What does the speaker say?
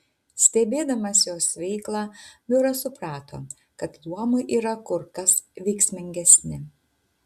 stebėdamas jos veiklą biuras suprato kad luomai yra kur kas veiksmingesni